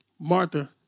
Martha